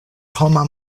homa